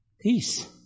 peace